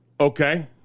Okay